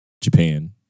Japan